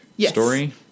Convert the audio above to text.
story